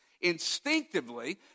instinctively